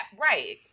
right